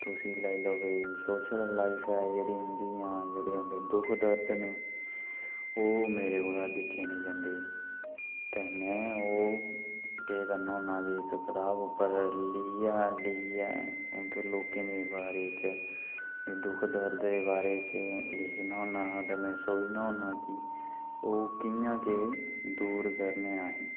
तुस एह् लाई लैओ कि सोशल लाइफ ऐ जेह्ड़ी उंदी जि'यां जेह्डे़ उंदे दुक्ख दर्द न ओह् मेरे कोला दिक्खे निं जंदे ते में ओह् केह् करना होना कि इक कताब उप्पर लिखियै लिखियै उंदे लोकें दे बारे च उंदे दुक्ख दर्द दे बारे च लिखना होना ते में सोचना होना कि ओह् कि'यां केह् दूर करने अहें